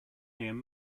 and